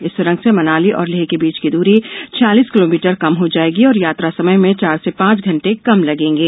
इस सुरंग से मनाली और लेह के बीच की दूरी छियालिस किलोमीटर कम हो जाएगी और यात्रा समय में चार से पांच घटे कम लगेंगे